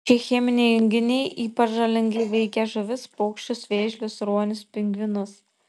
šie cheminiai junginiai ypač žalingai veikia žuvis paukščius vėžlius ruonius pingvinus